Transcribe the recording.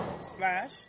Splash